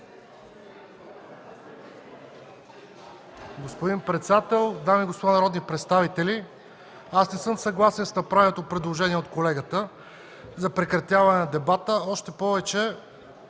Господин председател, дами и господа народни представители! Аз не съм съгласен с направеното предложение от колегата за прекратяване на дебата, още повече